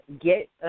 Get